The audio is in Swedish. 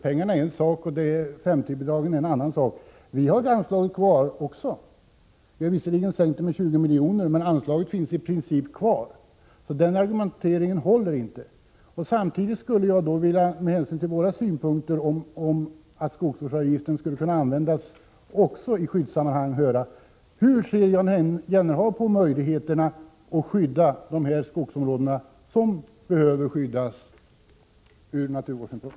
Pengarna är en sak, och 5:3-bidraget är en annan sak. Vi har visserligen sänkt anslaget med 20 milj.kr., men anslaget finns i princip kvar. Samtidigt skulle jag, med hänsyn till vår synpunkt att skogsvårdsavgiften också skulle kunna användas i skyddssammanhang, vilja fråga hur Jan Jennehag ser på möjligheterna att skydda dessa skogsområden som behöver skyddas ur naturvårdssynpunkt.